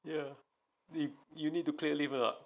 ya the you need to clear leave or not